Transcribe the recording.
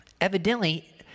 Evidently